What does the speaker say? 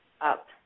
up